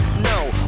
No